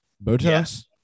Botas